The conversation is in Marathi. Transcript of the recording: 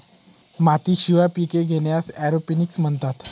मातीशिवाय पिके घेण्यास एरोपोनिक्स म्हणतात